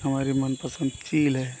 हमारी मनपसन्द चील है